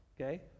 okay